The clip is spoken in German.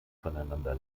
voneinander